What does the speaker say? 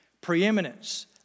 Preeminence